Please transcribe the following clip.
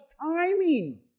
timing